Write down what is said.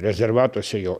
rezervatuose jo